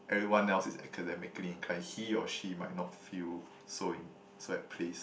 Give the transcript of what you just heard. everyone else is academically inclined he or she might not feel so so at place